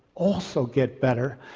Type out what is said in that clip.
also get better,